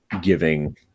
giving